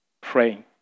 Praying